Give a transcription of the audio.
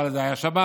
אבל זה היה שבת,